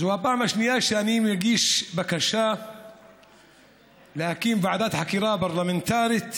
זו הפעם השנייה שאני מגיש בקשה להקים ועדת חקירה פרלמנטרית,